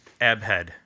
Abhead